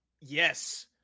Yes